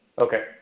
Okay